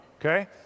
okay